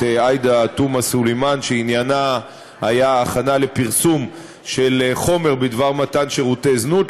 עאידה תומא סלימאן שעניינה הכנה לפרסום של חומר בדבר מתן שירותי זנות.